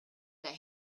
that